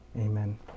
Amen